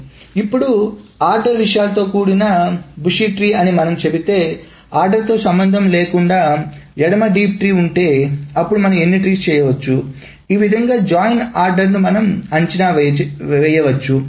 కాబట్టి ఇప్పుడు ఆర్డర్ విషయాలతో కూడిన భూషీ ట్రీ అని మనం చెబితే ఆర్డర్ తో సంబంధం లేకుండా ఎడమ డీప్ ట్రీ ఉంటే అప్పుడు మనము ఎన్నిట్రీస్ చేయవచ్చు ఈ విధముగా జాయిన్ ఆర్డర్ను అంచనా వేయవచ్చు